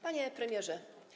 Panie Premierze!